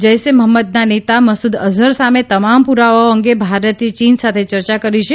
જૈસે મહંમદના નેતા મસૂદ અઝહર સામે તમામ પુરાવાઓ અંગે ભારતે ચીન સાથે ચર્ચા કરી છે